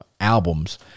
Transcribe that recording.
albums